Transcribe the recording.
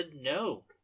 no